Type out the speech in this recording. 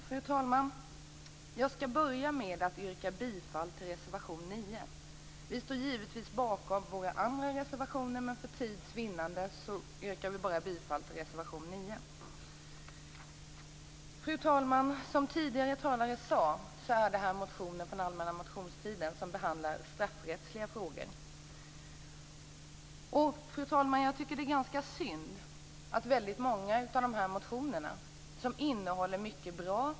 Fru talman! Jag börjar med att yrka bifall till reservation 9. Vi står också givetvis bakom våra andra reservationer men för tids vinnande yrkar vi alltså bifall endast till reservation 9. Som tidigare talare sade gäller det motioner från den allmänna motionstiden där straffrättsliga frågor behandlas. De innehåller mycket som är bra.